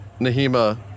Nahima